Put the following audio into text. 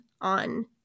on